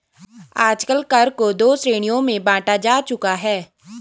आजकल कर को दो श्रेणियों में बांटा जा चुका है